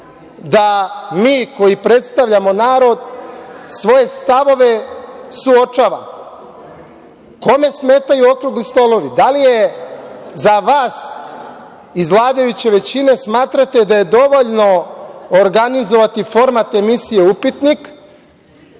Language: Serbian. da mi koji predstavljamo narod, svoje stavove suočavamo. Kome smetaju okrugli stolovi? Da li, za vas iz vladajuće većine, smatrate da je dovoljno organizovati format emisije „Upitnik“,